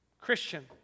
Christian